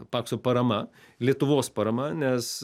pakso parama lietuvos parama nes